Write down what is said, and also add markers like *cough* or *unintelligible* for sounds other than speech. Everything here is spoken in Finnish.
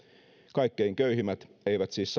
kaikkein köyhimmät eivät siis *unintelligible*